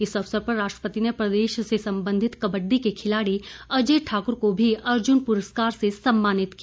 इस अवसर पर राष्ट्रपति ने प्रदेश से सम्बंधित कबड्डी के खिलाड़ी अजय ठाकुर को भी अर्जुन पुरस्कार से सम्मानित किया